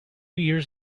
years